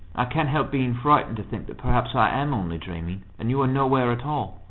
i can't help being frightened to think that perhaps i am only dreaming, and you are nowhere at all.